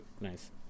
Nice